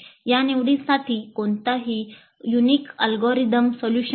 या निवडींसाठी कोणताही युनिक अल्गोरिदम सोल्युशन नाही